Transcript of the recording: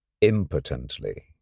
impotently